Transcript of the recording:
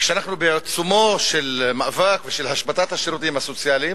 כשאנחנו בעיצומו של מאבק ושל השבתת השירותים הסוציאליים,